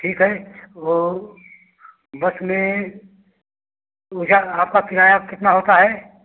ठीक है वो बस में ऊ जा आपका किराया कितना होता है